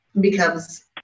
becomes